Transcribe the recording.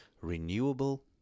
renewable